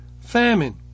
famine